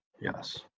yes